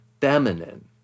feminine